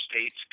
states